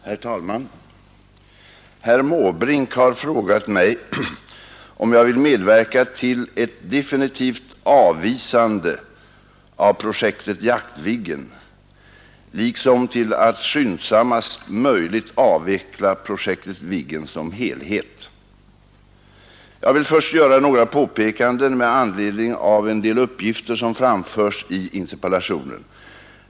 Herr talman! Herr Måbrink har frågat mig om jag vill medverka till ett definitivt avvisande av projektet Jaktviggen liksom till att skyndsammast möjligt avveckla projektet Viggen som helhet. Jag vill först göra några påpekanden med anledning av en del uppgifter som framförs i interpellationen.